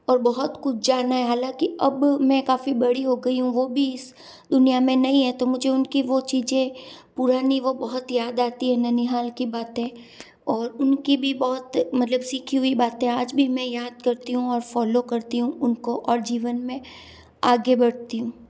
और बहुत कुछ जानना है हालाँकि अब मैं काफ़ी बड़ी हो गई हूँ वह भी इस दुनिया में नहीं है तो मुझे उनकी वह चीज़ें पुरानी वह बहुत याद आती है ननिहाल की बातें और उनकी भी बहुत मतलब सीखी हुई बातें आज भी मैं याद करती हूँ और फॉलो करती हूँ उनको और जीवन में आगे बढ़ती हूँ